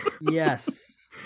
Yes